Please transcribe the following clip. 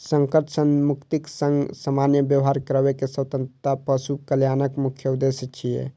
संकट सं मुक्तिक संग सामान्य व्यवहार करै के स्वतंत्रता पशु कल्याणक मुख्य उद्देश्य छियै